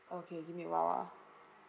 okay give me a while ah